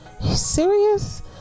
serious